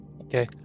Okay